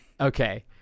Okay